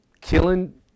killing